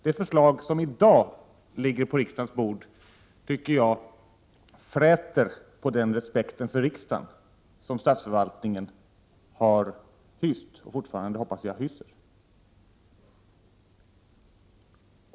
Det förslag som i dag ligger på riksdagens bord tycker jag fräter på den respekt för riksdagen som statsförvaltningen har hyst och, hoppas jag, fortfarande hyser.